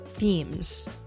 Themes